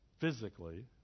physically